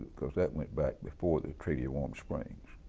because that went back before the treaty of warm springs.